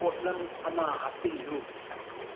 ꯄꯣꯠꯂꯝ ꯑꯃ ꯍꯥꯞꯆꯤꯜꯂꯨ